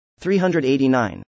389